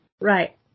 Right